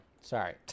Sorry